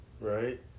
Right